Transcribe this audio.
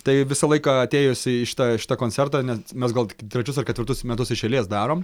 tai visą laiką atėjus į šitą šitą koncertą nes mes gal tik trečius ar ketvirtus metus iš eilės darom